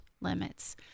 limits